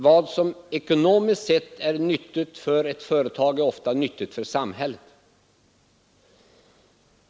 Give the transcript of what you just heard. Vad som ekonomiskt sett är nyttigt för ett företag är oftast nyttigt för samhället.